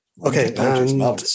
Okay